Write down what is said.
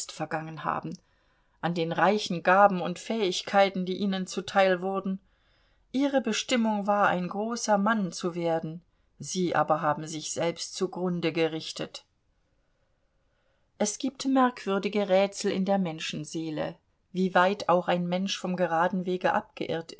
vergangen haben an den reichen gaben und fähigkeiten die ihnen zuteil wurden ihre bestimmung war ein großer mann zu werden sie aber haben sich selbst zugrunde gerichtet es gibt merkwürdige rätsel in der menschenseele wie weit auch ein mensch vom geraden weg